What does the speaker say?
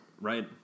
Right